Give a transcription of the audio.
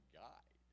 guide